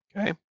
okay